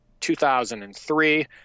2003